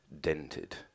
dented